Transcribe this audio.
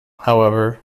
however